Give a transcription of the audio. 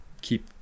keep